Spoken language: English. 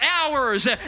hours